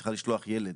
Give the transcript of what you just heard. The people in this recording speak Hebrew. וצריכה לשלוח ילד